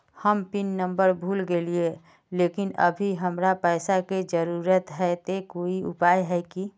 हम PIN number भूल गेलिये लेकिन अभी हमरा पैसा के जरुरत है ते कोई उपाय है की?